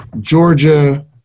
Georgia